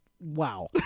wow